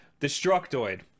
Destructoid